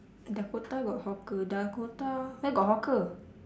dakota got hawker dakota where got hawker